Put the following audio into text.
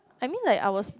I mean like I was